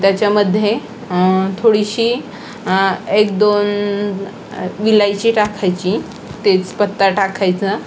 त्याच्यामध्ये थोडीशी एक दोन इलायची टाकायची तेजपत्ता टाकायचा